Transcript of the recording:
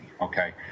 okay